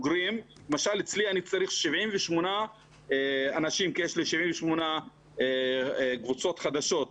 למשל אצלי אני צריך 78 אנשים כי יש לי 78 קבוצות חדשות.